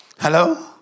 Hello